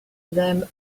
them